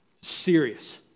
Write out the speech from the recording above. Serious